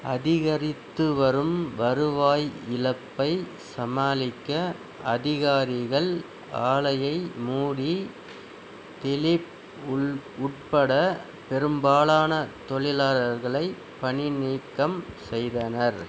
அதிகரித்து வரும் வருவாய் இழப்பை சமாளிக்க அதிகாரிகள் ஆலையை மூடி திலீப் உள் உட்பட பெரும்பாலான தொழிலாளர்களை பணிநீக்கம் செய்தனர்